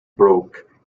broke